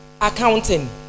accounting